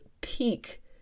peak